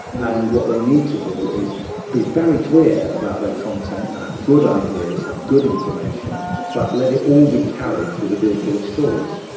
and what they need to do is be very clear about their content and have good ideas, have good information but let it all be carried through the vehicle of stories.